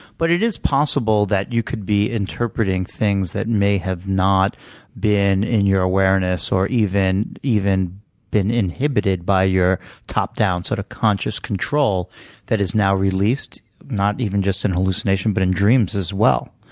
but it is possible that you could be interpreting things that may have not been in your awareness, or even even been inhibited by your top-down sort of conscious control that is now released, not even just in hallucination, but in dreams as well.